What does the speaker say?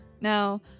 Now